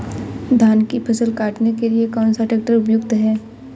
धान की फसल काटने के लिए कौन सा ट्रैक्टर उपयुक्त है?